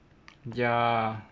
ya